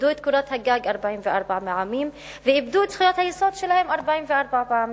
איבדו את קורת הגג 44 פעמים ואיבדו את זכויות היסוד שלהם 44 פעמים.